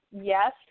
Yes